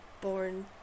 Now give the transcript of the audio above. born